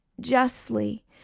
justly